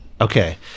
Okay